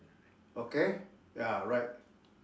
okay ya right